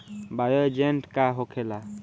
Bio agent का होखेला?